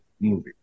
movie